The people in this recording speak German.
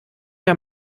der